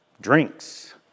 drinks